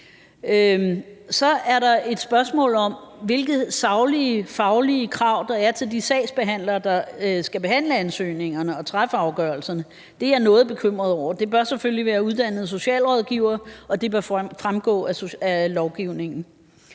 Så er der et spørgsmål om, hvilke saglige, faglige krav der er til de sagsbehandlere, der skal behandle ansøgningerne og træffe afgørelserne. Det er jeg noget bekymret over. Det bør selvfølgelig være uddannede socialrådgivere, og det bør fremgå af lovgivningen.